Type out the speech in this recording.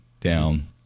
down